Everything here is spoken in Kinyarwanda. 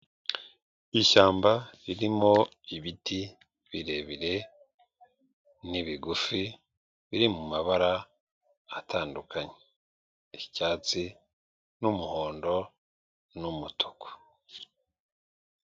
Ishyamba ririmo ibiti birebire n'ibigufi biri mu mabara atandukanye, icyatsi, n'umuhondo n'umutuku.